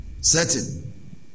certain